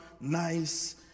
nice